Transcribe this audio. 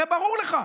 הרי ברור לך.